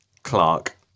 Clark